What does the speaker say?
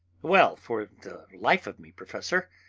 well, for the life of me, professor,